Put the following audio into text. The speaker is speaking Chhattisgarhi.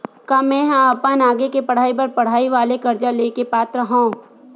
का मेंहा अपन आगे के पढई बर पढई वाले कर्जा ले के पात्र हव?